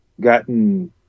gotten